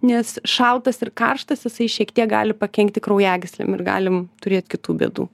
nes šaltas ir karštas jisai šiek tiek gali pakenkti kraujagyslėm ir galim turėt kitų bėdų